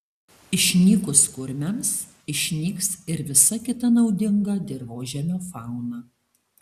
išnykus kurmiams išnyks ir visa kita naudinga dirvožemio fauna